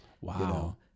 Wow